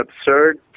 absurd